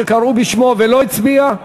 או שקראו בשמו ולא הצביע?